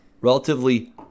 relatively